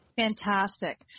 Fantastic